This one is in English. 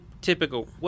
typical –